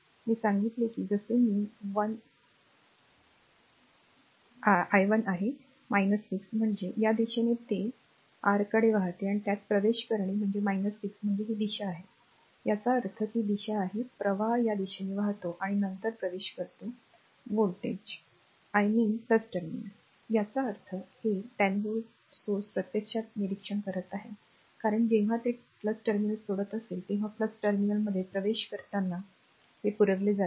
मी सांगितले की जसे मी 1 आहे 6 म्हणजे r या दिशेने ते r कडे वाहते आहे त्यात प्रवेश करणे म्हणजे 6 म्हणजे ही दिशा आहे याचा अर्थ ती दिशा आहे प्रवाह या दिशेने वाहतो आणि नंतर प्रवेश करतो व्होल्टेज I mean टर्मिनल याचा अर्थ हे 10 व्होल्टेज स्त्रोत प्रत्यक्षात निरीक्षण करत आहे कारण जेव्हा ते टर्मिनल सोडत असते तेव्हा टर्मिनलमध्ये प्रवेश करताना ते पुरवले जाते